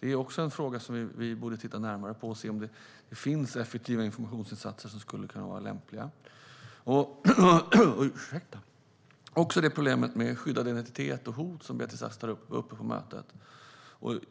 Det är också en fråga som vi borde titta närmare på för att se om det finns effektiva informationsinsatser som skulle kunna vara lämpliga. Också problemet med skyddad identitet och hot, som Beatrice Ask tar upp, var uppe på mötet.